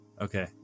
Okay